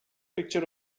picture